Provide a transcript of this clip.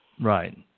Right